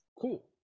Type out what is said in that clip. Cool